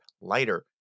lighter